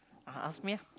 uh ask me ah